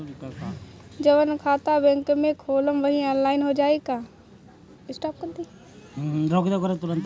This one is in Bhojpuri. जवन खाता बैंक में खोलम वही आनलाइन हो जाई का?